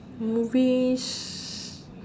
movies